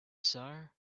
sow